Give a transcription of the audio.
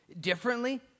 differently